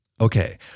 Okay